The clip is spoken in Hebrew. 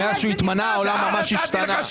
מאז שהוא התמנה העולם ממש השתנה.